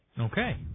Okay